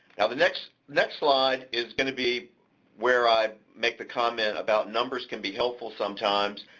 now the next next slide is gonna be where i make the comment about numbers can be helpful sometimes,